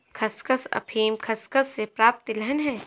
खसखस अफीम खसखस से प्राप्त तिलहन है